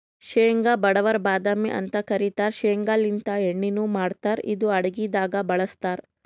ಶೇಂಗಾ ಬಡವರ್ ಬಾದಾಮಿ ಅಂತ್ ಕರಿತಾರ್ ಶೇಂಗಾಲಿಂತ್ ಎಣ್ಣಿನು ಮಾಡ್ತಾರ್ ಇದು ಅಡಗಿದಾಗ್ ಬಳಸ್ತಾರ್